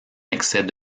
excès